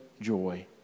joy